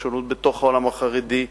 שונות בתוך העולם החרדי.